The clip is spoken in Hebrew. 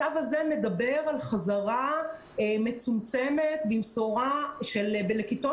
הצו הזה מדבר על חזרה מצומצמת במשורה לכיתות